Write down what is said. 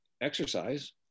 exercise